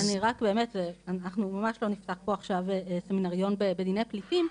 אז אנחנו ממש לא נפתח פה עכשיו סמינריון בדיני פליטים,